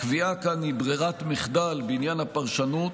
הקביעה כאן היא ברירת מחדל בעניין הפרשנות